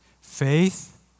Faith